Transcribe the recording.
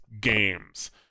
games